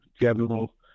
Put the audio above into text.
general